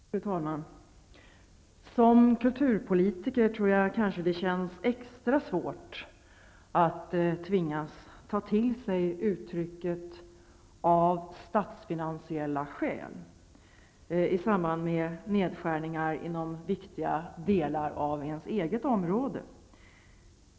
Fru talman! För en kulturpolitiker tror jag att det känns extra svårt att tvingas ta till sig uttrycket ''av statsfinansiella skäl'' i samband med nedskärningar inom viktiga delar av det egna området.